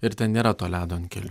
ir ten nėra to ledo ant kelių